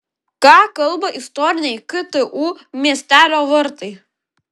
ką kalba istoriniai ktu miestelio vartai